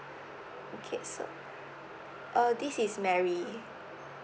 okay so uh this is mary